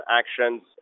actions